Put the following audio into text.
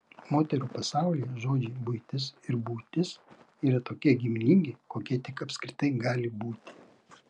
moterų pasaulyje žodžiai buitis ir būtis yra tokie giminingi kokie tik apskritai gali būti